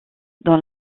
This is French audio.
dans